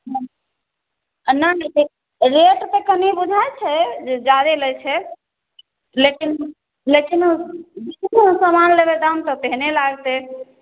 हँ कोना नहि छै रेट तऽ कनि बुझाइ छै जे ज्यादे लै छै लेकिन लेकिन कोनो समान लेबै दाम तऽ तेहने लागतै